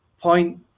point